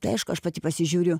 tai aišku aš pati pasižiūriu